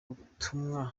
ubutumwa